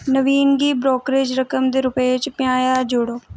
नवीन गी ब्रोकरेज रकम दे रूपै च पंजाह् ज्हार जोड़ो